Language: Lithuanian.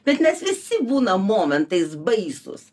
bet mes visi būnam momentais baisūs